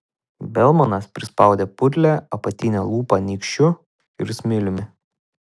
belmanas prispaudė putlią apatinę lūpą nykščiu ir smiliumi